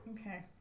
Okay